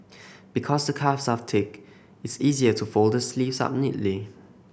because the cuffs are thick it's easier to fold the sleeves up neatly